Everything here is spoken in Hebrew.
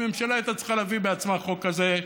הממשלה הייתה צריכה להביא בעצמה חוק כזה,